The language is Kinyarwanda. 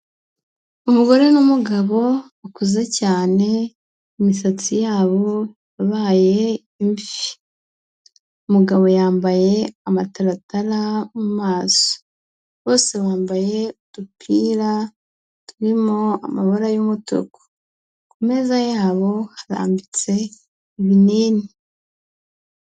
Umugore n'umugabo, bakuze cyane, imisatsi yabo, yabaye imvi. Umugabo yambaye amataratara mu maso. Bose bambaye udupira, turimo amabara y'umutuku. Ku meza yabo harambitse ibinini.